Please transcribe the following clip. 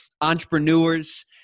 entrepreneurs